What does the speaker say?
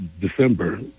December